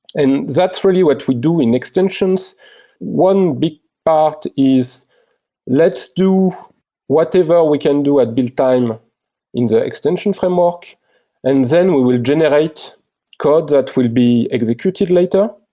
and that's really what we do in extensions one big part is let's do whatever we can do at build time in the extension framework and then we will generate code that will be executed later.